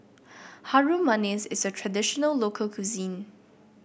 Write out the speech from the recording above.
Harum Manis is a traditional local cuisine